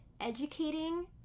educating